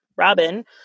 robin